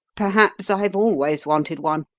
perhaps i've always wanted one.